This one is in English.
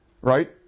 right